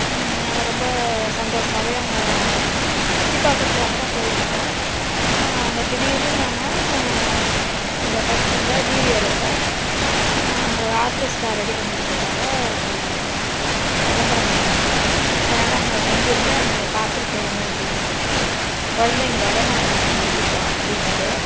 நாங்கள் ரொம்ப சந்தோஷமாகவே அங்கே நாங்கள் சுற்றிப் பார்க்கறதுக்காக தான் போயிருக்கோம் அங்கே திடீர்னு நாங்கள் அந்த ஃபங்க்ஷனில் நியூ இயர் அப்போ அங்கே ஒரு ஆர்கெஸ்ட்ரா ரெடி பண்ணியிருக்கறதாக அங்கே எங்களுக்கு விளம்பரம் பண்ணிணாங்க அதனால் அங்கே தங்கியிருந்து நாங்கள் அதை பார்த்துட்டுப் போகணும் அப்படிங்கிறதுக்காக குழந்தைங்களோட நாங்கள் அங்கே தங்கிட்டோம் பீச்லையே